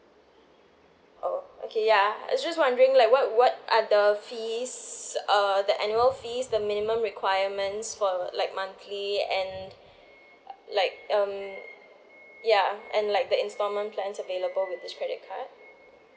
oh okay ya I just wondering like what what are the fees uh the annual fees the minimum requirements for like monthly and like um ya and like the installment plans available with this credit card